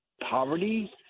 poverty